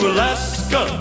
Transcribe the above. Alaska